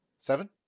Seven